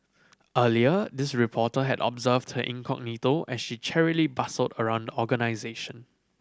earlier this reporter had observed her incognito as she cheerily bustled around organisation